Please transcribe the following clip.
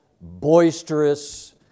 boisterous